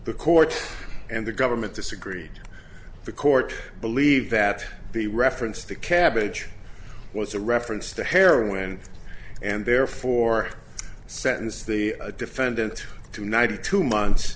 the court and the government disagreed the court believed that the reference to cabbage was a reference to heroin and therefore sentenced the defendant to ninety two months